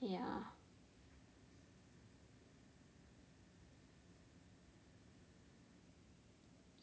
ya